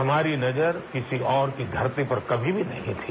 हमारी नज़र किसी और की धरती पर कभी भी नहीं थी